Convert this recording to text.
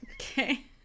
okay